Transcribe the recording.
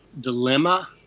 dilemma